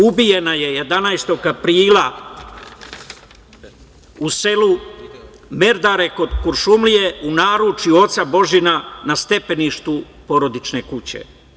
Ubijena je 11. aprila u selu Merdare kod Kuršumlije u naručju oca Božina na stepeništu porodične kuće.